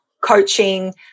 coaching